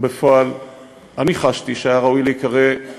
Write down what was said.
בפועל אני חשתי שהיה ראוי להיקרא,